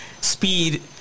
speed